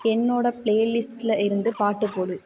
என்னோட ப்ளே லிஸ்ட்டில் இருந்து பாட்டு போடு